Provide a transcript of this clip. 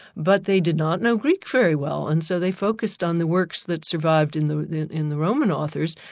but they did not know greek very well, and so they focused on the works that survived in the in the roman authors,